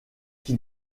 qui